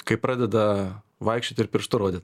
kai pradeda vaikščiot ir pirštu rodyt